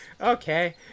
Okay